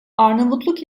arnavutluk